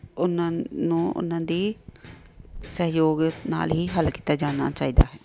ਉਹਨਾਂ ਨੂੰ ਉਹਨਾਂ ਦੀ ਸਹਿਯੋਗ ਨਾਲ ਹੀ ਹੱਲ ਕੀਤਾ ਜਾਣਾ ਚਾਹੀਦਾ ਹੈ